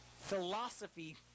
philosophy